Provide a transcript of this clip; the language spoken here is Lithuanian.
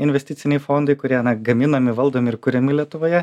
investiciniai fondai kurie gaminami valdomi ir kuriami lietuvoje